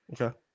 Okay